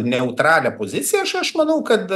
neutralią poziciją aš aš manau kad